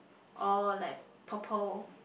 oh like purple